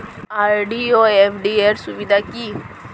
RD ও FD র সুবিধা কি?